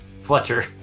Fletcher